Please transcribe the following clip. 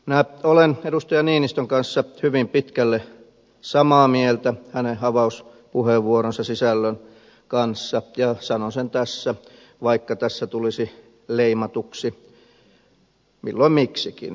minä olen edustaja niinistön kanssa hyvin pitkälle samaa mieltä hänen avauspuheenvuoronsa sisällön kanssa ja sanon sen tässä vaikka tulisi leimatuksi milloin miksikin